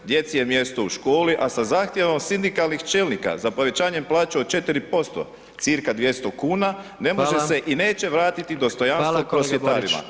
Djeci je mjesto u školi, a sa zahtjevom sindikalnih čelnika za povećanjem plaća od 4% cca 200 kuna ne može se [[Upadica: Hvala.]] i neće vratiti dostojanstvo prosvjetarima.